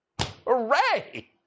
Hooray